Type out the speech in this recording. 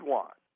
one